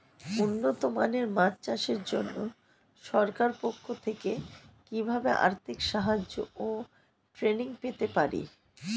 উন্নত মানের মাছ চাষের জন্য সরকার পক্ষ থেকে কিভাবে আর্থিক সাহায্য ও ট্রেনিং পেতে পারি?